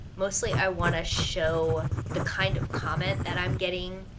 mostly i wanna show the kind of comment that i'm getting,